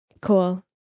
Cool